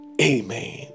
Amen